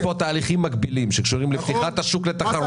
אזכיר לך שיש פה תהליכים מקבילים שקשורים לפתיחת השוק לתחרות -- נכון.